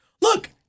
Look